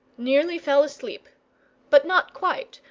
nearly fell asleep but not quite,